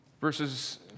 verses